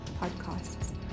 podcasts